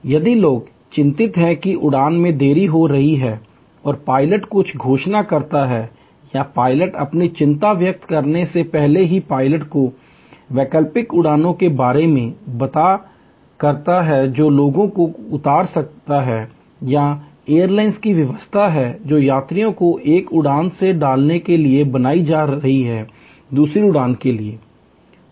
यदि लोग चिंतित हैं कि उड़ान में देरी हो रही है और पायलट कुछ घोषणा करता है या लोग अपनी चिंता व्यक्त करने से पहले ही पायलट वैकल्पिक उड़ानों के बारे में बात करता है जो लोगों को उतार सकते हैं या एयरलाइन की व्यवस्था है जो यात्रियों को एक उड़ान से दूसरे उड़ान में डालने के लिए बनाई जा रही है